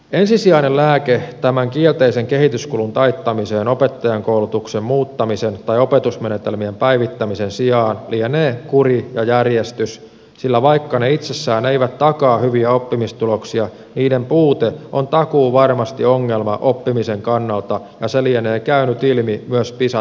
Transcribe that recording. ensisijainen lääke tämän kielteisen kehityskulun taittamiseen opettajankoulutuksen muuttamisen tai opetusmenetelmien päivittämisen sijaan lienee kuri ja järjestys sillä vaikka ne itsessään eivät takaa hyviä oppimistuloksia niiden puute on takuuvarmasti ongelma oppimisen kannalta ja se lienee käynyt ilmi myös pisa tuloksista